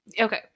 okay